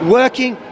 working